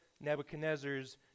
Nebuchadnezzar's